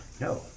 No